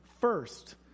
first